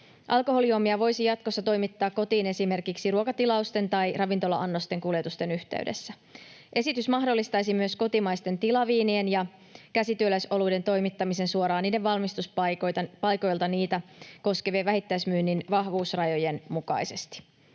Alkoholijuomia voisi jatkossa toimittaa kotiin esimerkiksi ruokatilausten tai ravintola-annosten kuljetusten yhteydessä. Esitys mahdollistaisi myös kotimaisten tilaviinien ja käsityöläisoluiden toimittamisen suoraan niiden valmistuspaikoilta niitä koskevien vähittäismyynnin vahvuusrajojen mukaisesti.